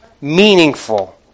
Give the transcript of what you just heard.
meaningful